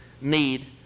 need